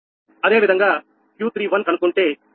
అదేవిధంగా Q31 కనుక్కుంటే మీకు−94